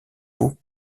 vous